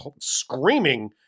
screaming